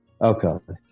Okay